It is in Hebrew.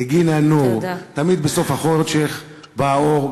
תמיד בסוף החושך בא האור,